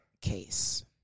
case